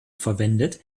verwendet